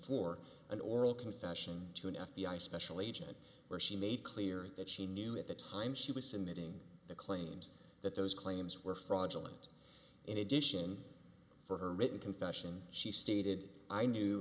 four an oral confession to an f b i special agent where she made clear that she knew at the time she was in that in the claims that those claims were fraudulent in addition for her written confession she stated i knew